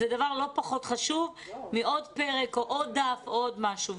זה דבר לא פחות חשוב מעוד פרק או עוד דף או עוד משהו.